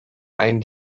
ein